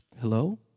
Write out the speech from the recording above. Hello